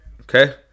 Okay